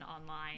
online